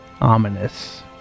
ominous